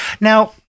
Now